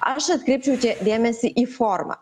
aš atkreipčiau dėmesį į formą